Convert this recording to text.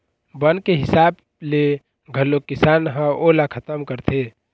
बन के हिसाब ले घलोक किसान ह ओला खतम करथे